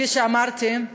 כפי שאמרתי,